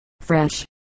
fresh